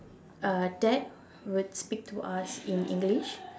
uh dad would speak to us in English